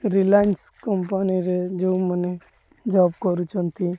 ରିଲାନ୍ସ କମ୍ପାନୀରେ ଯେଉଁମାନେ ଜବ୍ କରୁଛନ୍ତି